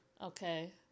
Okay